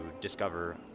discover